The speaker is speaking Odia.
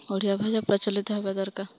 ଓଡ଼ିଆ ଭାଷା ପ୍ରଚଳିତ ହେବା ଦରକାର୍